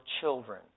children